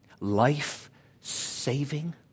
Life-saving